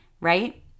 right